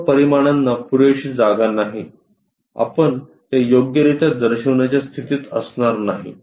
सर्व परिमाणांना पुरेशी जागा नाही आपण ते योग्यरित्या दर्शविण्याच्या स्थितीत असणार नाही